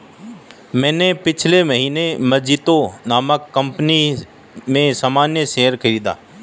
मैंने पिछले महीने मजीतो नामक कंपनी में सामान्य शेयर खरीदा